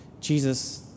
Jesus